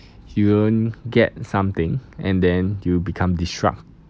you don't get something and then you become destructive